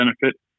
benefit